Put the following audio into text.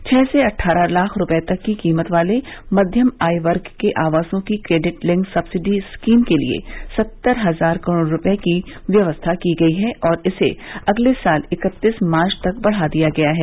छह से अट्ठारह लाख रुपये तक की कीमत वाले मध्यम आय वर्ग के आवासों की क्रेडिट लिंक्ड सब्सिडी स्कीम के लिए सत्तर हजार करोड़ रुपये की व्यवस्था की गई है और इसे अगले साल इकत्तीस मार्च तक बढ़ा दिया गया है